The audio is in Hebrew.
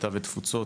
קליטה ותפוצות,